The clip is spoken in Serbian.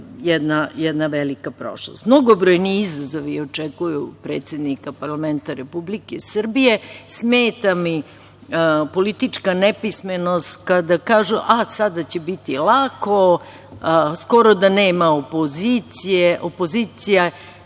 jedna velika prošlost. Mnogobrojni izazovi očekuju predsednika parlamenta Republike Srbije. Smeta mi politička nepismenost kada kažu – a, sada će biti lako, skoro da nema opozicije. Opozicije